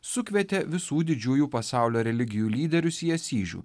sukvietė visų didžiųjų pasaulio religijų lyderius į asyžių